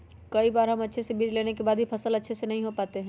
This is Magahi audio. कई बार हम अच्छे बीज लेने के बाद भी फसल अच्छे से नहीं हो पाते हैं?